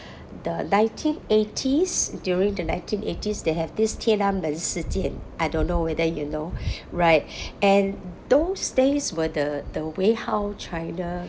the nineteen eighties during the nineteen eighties they have this 天安门事件 I don't know whether you know right and those days were the the way how china